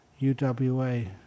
UWA